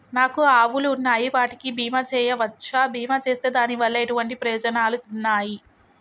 నాకు ఆవులు ఉన్నాయి వాటికి బీమా చెయ్యవచ్చా? బీమా చేస్తే దాని వల్ల ఎటువంటి ప్రయోజనాలు ఉన్నాయి?